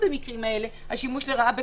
במחילה מכבודך,